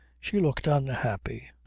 she looked unhappy.